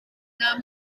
naar